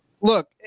Look